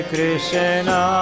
Krishna